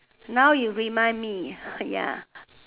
now you remind me ya